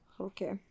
Okay